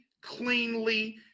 cleanly